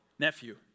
Nephew